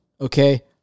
okay